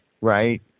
right